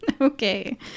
Okay